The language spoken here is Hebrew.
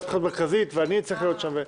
ואני צריך להיות שם,